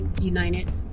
united